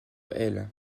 elle